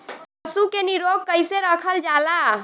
पशु के निरोग कईसे रखल जाला?